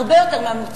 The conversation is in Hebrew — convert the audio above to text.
הרבה יותר מהממוצעות,